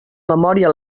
memòria